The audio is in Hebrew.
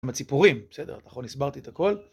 עם הציפורים, בסדר? נכון? הסברתי את הכול?